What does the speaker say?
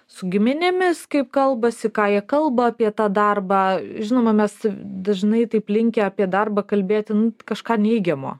su giminėmis kaip kalbasi ką jie kalba apie tą darbą žinoma mes dažnai taip linkę apie darbą kalbėti kažką kažką neigiamo